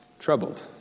troubled